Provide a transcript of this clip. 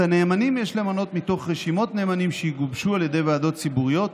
את הנאמנים יש למנות מתוך רשימות נאמנים שיגובשו על ידי ועדות ציבורית